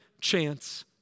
chance